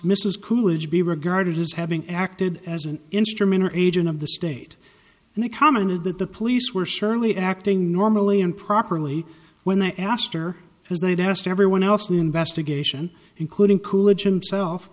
mrs coolidge be regarded as having acted as an instrument or agent of the state and they commented that the police were surely acting normally improperly when they asked or as they've asked everyone else in the investigation including coolidge himself